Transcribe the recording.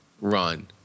run